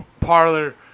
parlor